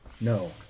No